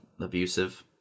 abusive